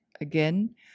again